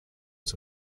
was